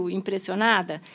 impressionada